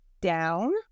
down